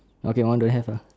okay mine don't have ah